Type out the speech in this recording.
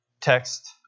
text